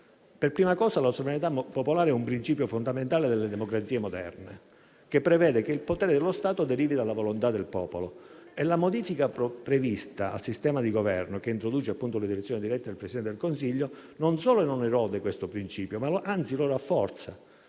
Per prima cosa, la sovranità popolare è un principio fondamentale delle democrazie moderne che prevede che il potere dello Stato derivi dalla volontà del popolo. La modifica prevista al sistema di Governo, che introduce appunto l'elezione diretta del Presidente del Consiglio, non solo non erode questo principio, ma anzi lo rafforza